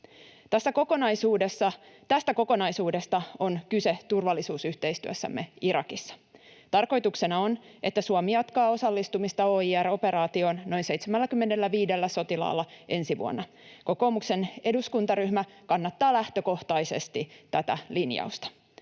Tästä kokonaisuudesta on kyse turvallisuusyhteistyössämme Irakissa. Tarkoituksena on, että Suomi jatkaa osallistumista OIR-operaatioon noin 75 sotilaalla ensi vuonna. Kokoomuksen edustakuntaryhmä kannattaa lähtökohtaisesti tätä linjausta.